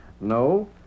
no